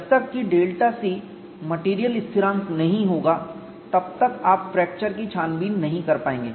जब तक कि डेल्टा c मेटेरियल स्थिरांक नहीं होगा तब तक आप फ्रैक्चर की छानबीन नहीं कर पाएंगे